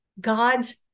God's